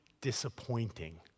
disappointing